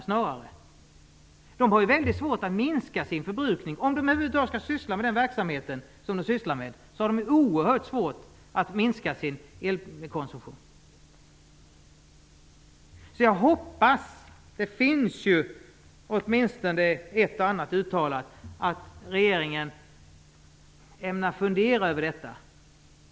De industrierna har väldigt svårt att minska sin förbrukning. De har oerhört svårt att minska sin elkonsumtion om de över huvud taget skall kunna syssla med den verksamhet de sysslar med. Jag hoppas att regeringen ämnar fundera över detta. Det har ju uttalats ett och annat.